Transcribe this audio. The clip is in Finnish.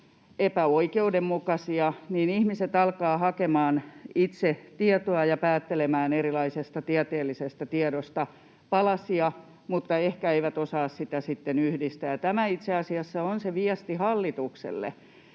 epäoikeudenmukaisia, niin ihmiset alkavat hakemaan itse tietoa ja päättelemään erilaisesta tieteellisestä tiedosta palasia mutta ehkä eivät osaa niitä sitten yhdistää. Tämä itse asiassa on se viesti hallitukselle.